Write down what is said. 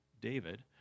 David